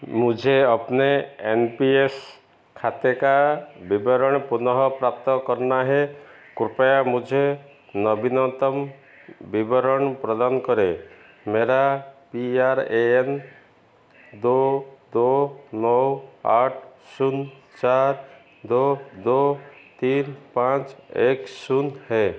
मुझे अपने N P S खाते का विवरण पुनः प्राप्त करना है कृप्या मुझे नवीनतम विवण प्रदान करें मेरा पी आर ए एन दो दो नौ आठ शून्य चार दो दो तीन पाँच एक शून्य है